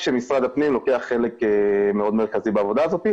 כשמשרד הפנים לוקח חלק מאוד מרכזי בעבודה הזאת,